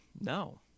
no